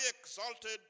exalted